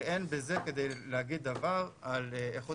אבל אין בזה כדי להגיד דבר על איכות